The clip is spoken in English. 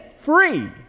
free